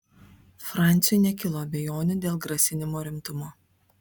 franciui nekilo abejonių dėl grasinimo rimtumo